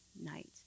night